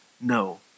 no